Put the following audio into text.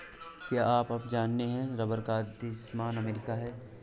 क्या आप जानते है रबर का आदिमस्थान अमरीका है?